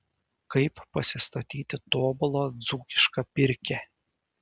kaip pasistatyti tobulą dzūkišką pirkią